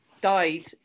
died